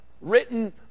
written